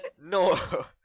no